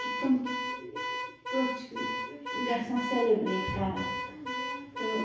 کہِ تِم کِتھ پٲٹھۍ چھِ بیٛیہِ گَژھان سٮ۪لِبرٛیٹ کَران تہٕ